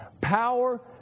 Power